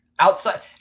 Outside